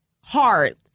hard